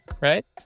right